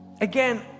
again